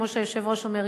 כמו שהיושב-ראש אומר,